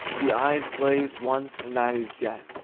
the eyes glaze once, and that is death.